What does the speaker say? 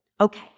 Okay